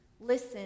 Listen